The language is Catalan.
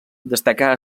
destacà